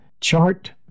chart